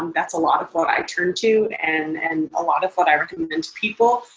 um that's a lot of what i turn to, and and a lot of what i recommend to people.